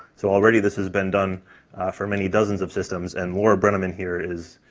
so already this has been done for many dozens of systems, and laura brenneman here is